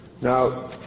Now